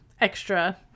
extra